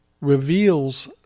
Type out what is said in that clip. reveals